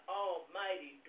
almighty